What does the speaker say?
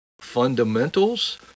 Fundamentals